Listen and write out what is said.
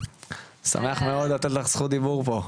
אני שמח מאוד לתת לך זכות דיבור פה.